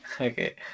okay